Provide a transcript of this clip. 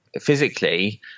Physically